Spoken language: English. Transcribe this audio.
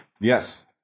Yes